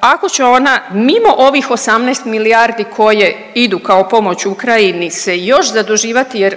ako će ona mimo ovih 18 milijardi koje idu kao pomoć Ukrajini se još zaduživati jer